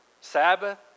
Sabbath